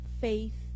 faith